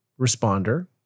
responder